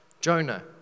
Jonah